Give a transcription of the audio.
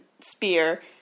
spear